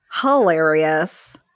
Hilarious